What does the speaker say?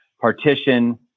partition